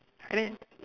and then